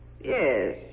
Yes